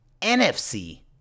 NFC